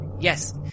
Yes